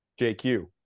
JQ